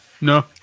No